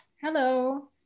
Hello